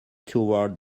toward